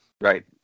Right